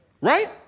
right